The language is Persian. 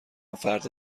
فردا